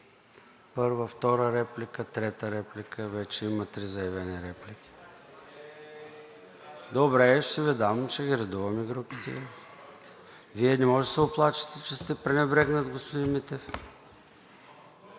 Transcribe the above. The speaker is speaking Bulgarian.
Първа, втора, трета реплика. Вече има три заявени реплики. Добре, ще ги редуваме групите. Вие не можете да се оплачете, че сте пренебрегнат, господин Митев.